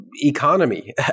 economy